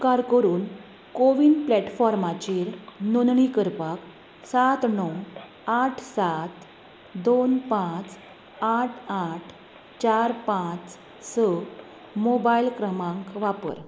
उपकार करून कोविन प्लॅटफॉर्माचेर नोंदणी करपाक सात णव आठ सात दोन पांच आठ आठ चार पांच स मोबायल क्रमांक वापर